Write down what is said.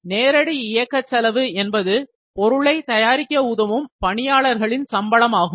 நேரடி இயக்கச் செலவு என்பது பொருளை தயாரிக்க உதவும் பணியாளர்களின் சம்பளம் ஆகும்